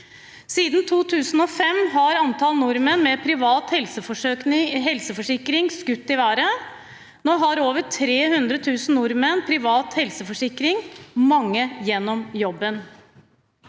Siden 2005 har antall nordmenn med privat helseforsikring skutt i været. Nå har over 300 000 nordmenn privat helseforsikring – mange gjennom jobben.